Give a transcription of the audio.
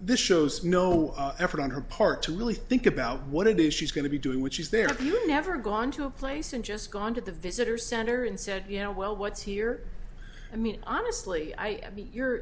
this shows no effort on her part to really think about what it is she's going to be doing which is there you never gone to a place and just gone to the visitor's center and said you know well what's here i mean obviously i mean you're